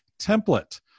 template